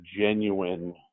genuine